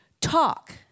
Talk